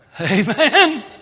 Amen